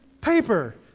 paper